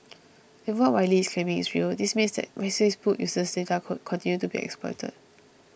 if what Wylie is claiming is real this means that Facebook's user data could continue to be exploited